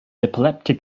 epileptic